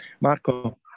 Marco